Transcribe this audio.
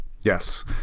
Yes